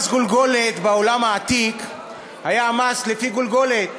מס גולגולת בעולם העתיק היה מס לפי גולגולת: